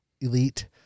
elite